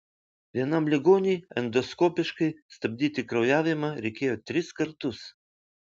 vienam ligoniui endoskopiškai stabdyti kraujavimą reikėjo tris kartus